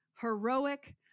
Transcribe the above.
heroic